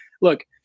look